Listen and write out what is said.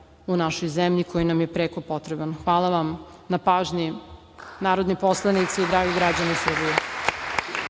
u našoj zemlji koji nam je preko potreban. Hvala vam na pažnji, narodni poslanici i dragi građani Srbije.